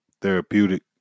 therapeutic